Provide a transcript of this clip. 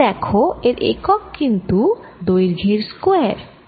তোমরা দেখ এর একক কিন্তু দৈর্ঘ্যের স্কয়ার